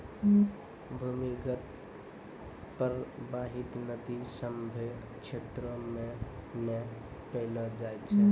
भूमीगत परबाहित नदी सभ्भे क्षेत्रो म नै पैलो जाय छै